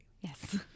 Yes